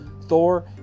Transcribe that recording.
Thor